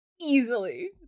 Easily